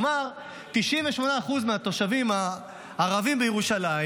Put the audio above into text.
כלומר 98% מהתושבים הערבים בירושלים